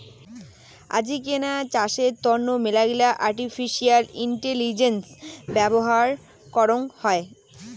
আজিকেনা চাষের তন্ন মেলাগিলা আর্টিফিশিয়াল ইন্টেলিজেন্স ব্যবহার করং হই